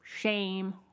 shame